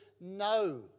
no